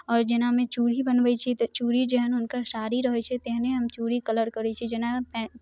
आओर जेनामे चूड़ी बनबैत छी तऽ चूड़ी जेहन हुनकर शरीर होइत छै तेहिने हम चूड़ी कलर करैत छी जेना